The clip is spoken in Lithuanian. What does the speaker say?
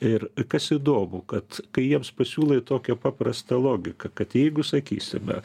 ir kas įdomu kad kai jiems pasiūlai tokią paprastą logiką kad jeigu sakysime